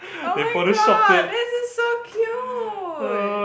oh my god this is so cute